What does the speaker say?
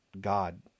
God